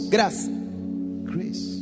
Grace